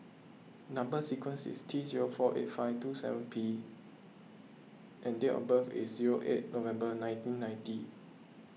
Number Sequence is T zero four eight five two seven P and date of birth is zero eight November nineteen ninety